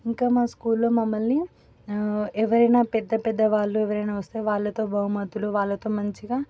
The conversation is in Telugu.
ఇంకా మా స్కూల్లో మమ్మల్ని ఎవరైనా పెద్ద పెద్ద వాళ్ళు ఎవరైనా వస్తే వాళ్ళతో బహుమతులు వాళ్ళతో మంచిగా